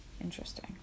Interesting